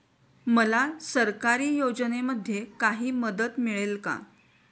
मला सरकारी योजनेमध्ये काही मदत मिळेल का?